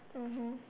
mmhmm